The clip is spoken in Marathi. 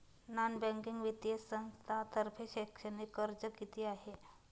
नॉन बँकिंग वित्तीय संस्थांतर्फे शैक्षणिक कर्ज किती आहे?